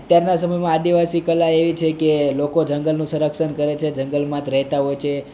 અત્યારના સમયમાં આદિવાસી કલા એવી છે કે લોકો જંગલનું સંરક્ષણ કરે છે જગલમાં જ રહેતાં હોય છે